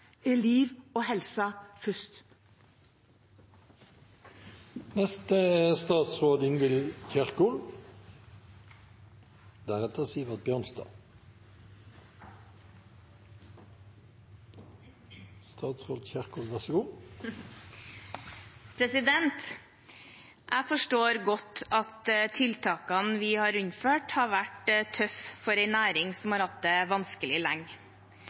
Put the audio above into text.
liv og helse først. Jeg forstår godt at tiltakene vi har innført, har vært tøffe for en næring som har hatt det vanskelig lenge.